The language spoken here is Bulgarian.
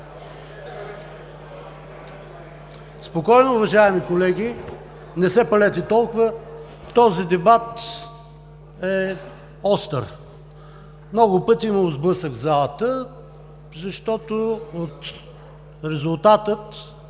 Спокойно, уважаеми колеги! Не се палете толкова! Този дебат е остър. Много пъти е имало сблъсък в залата, защото от резултата